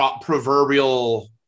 proverbial